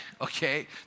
Okay